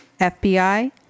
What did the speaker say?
FBI